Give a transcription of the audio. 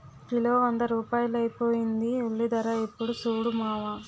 kilo వంద రూపాయలైపోయింది ఉల్లిధర యిప్పుడు సూడు మావా